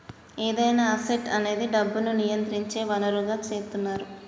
ఏదైనా అసెట్ అనేది డబ్బును నియంత్రించే వనరుగా సెపుతున్నరు